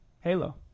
Halo